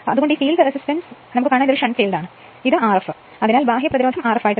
അതിനാൽ ഇത് field resistance shunt field ആണ് ഇത് Rf ആണ് ഇത് Rf ആണ് അതിനാൽ ബാഹ്യ പ്രതിരോധം Rf ആണ്